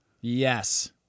Yes